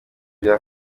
bya